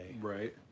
right